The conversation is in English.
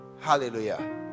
Hallelujah